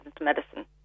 medicine